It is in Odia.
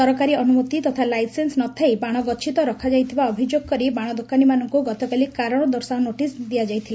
ସରକାରୀ ଅନୁମତି ତଥା ଲାଇସେନ୍ସ ନ ଥାଇ ବାଣ ଗଛିତ ରଖିଥିବା ଅଭିଯୋଗ କରି ବାଶ ଦୋକାନୀମାନଙ୍ଙୁ ଗତକାଲି କାରଶ ଦର୍ଶାଅ ନୋଟିସ୍ ଦିଆଯାଇଥିଲା